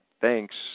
thanks